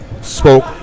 spoke